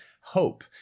hope